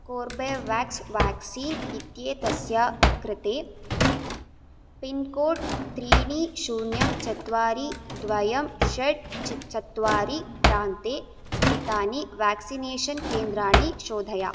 Corbevax vaccine इत्येतस्य कृते pincode त्रीणि शून्यं चत्वारि द्वयं षट् चत्वारि प्रान्ते स्थितानि व्याक्सिनेषन् केन्द्राणि शोधय